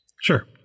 Sure